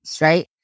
right